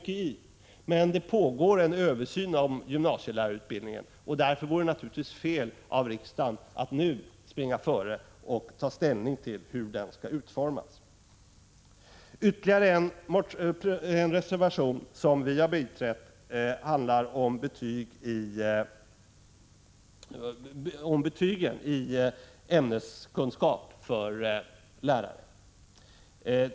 Det pågår emellertid en översyn av gymnasielärarutbildningen, och det vore naturligtvis fel av riksdagen att nu springa före och ta ställning till hur den skall utformas. En reservation som centerpartiet har biträtt handlar om betygen i ämneskunskap för lärare.